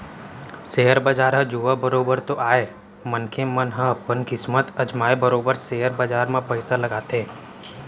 share बजार ह जुआ बरोबर तो आय मनखे मन ह अपन किस्मत अजमाय बरोबर सेयर बजार म पइसा लगाथे